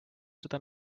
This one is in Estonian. seda